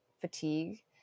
fatigue